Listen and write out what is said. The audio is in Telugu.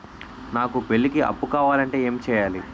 నాకు పెళ్లికి అప్పు కావాలంటే ఏం చేయాలి?